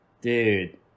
dude